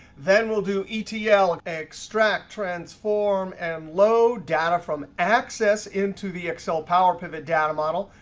then we'll do etl ah like extract, transform, and load data from access into the excel power pivot data model.